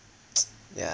yeah